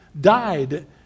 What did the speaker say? died